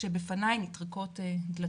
כשבפני נטרקות דלתות.